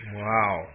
wow